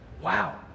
Wow